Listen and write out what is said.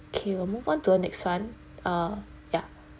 okay we'll move on to the next one uh ya